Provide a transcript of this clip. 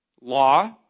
law